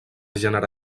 gènere